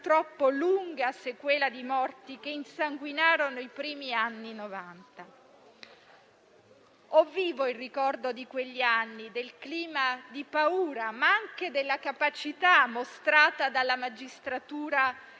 purtroppo lunga sequela di morti che insanguinarono i primi anni Novanta. Ho vivo il ricordo di quegli anni, del clima di paura, ma anche della capacità mostrata dalla magistratura